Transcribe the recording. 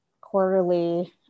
Quarterly